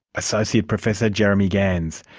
associate professor jeremy gans.